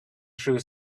through